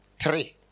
three